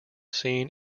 seen